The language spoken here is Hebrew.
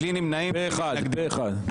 בלי נמנעים ובלי מתנגדים.